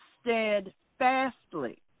steadfastly